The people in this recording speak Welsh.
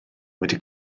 wedi